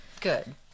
Good